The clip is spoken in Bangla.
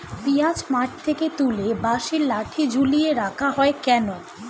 পিঁয়াজ মাঠ থেকে তুলে বাঁশের লাঠি ঝুলিয়ে রাখা হয় কেন?